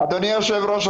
אדוני היושב-ראש,